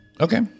Okay